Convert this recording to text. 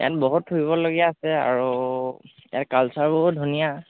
ইয়াত বহুত ফুৰিবলগীয়া আছে আৰু ইয়াত কালচাৰবোৰ ধুনীয়া